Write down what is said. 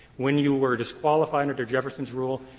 when you were disqualified jefferson's rule,